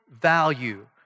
value